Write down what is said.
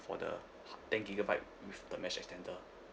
for the ha~ ten gigabyte with the mesh extender